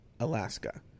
Alaska